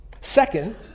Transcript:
Second